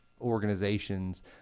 organizations